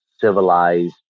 civilized